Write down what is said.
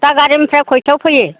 दादगारिनिफ्राय खैथायाव फैयो